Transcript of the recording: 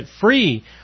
free